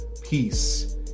peace